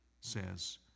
says